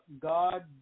God